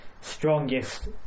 strongest